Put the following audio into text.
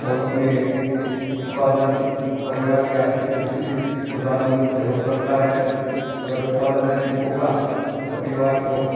और अपनी उत्पादन और परिवार की आर्थिक स्थिति सुधारने में सहयोग करता है अगर उत्पादन नहीं ठीक होगा तो परिवार को